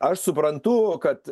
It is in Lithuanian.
aš suprantu kad